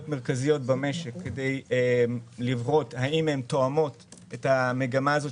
מרכזיות במשק כדי לראות האם הן תואמות את המגמה הזאת